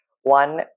One